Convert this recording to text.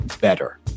Better